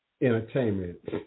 entertainment